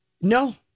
No